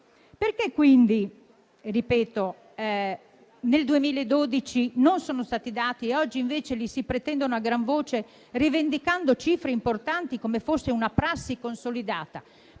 Perché, quindi, nel 2012 non sono stati dati e oggi invece si pretendono a gran voce, rivendicando cifre importanti come fosse una prassi consolidata?